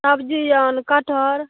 सब्जी आओर कटहर